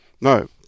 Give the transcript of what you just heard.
No